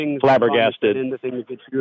Flabbergasted